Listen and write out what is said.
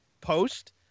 post